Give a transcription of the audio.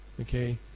Okay